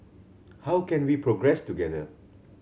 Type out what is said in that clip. how can we progress together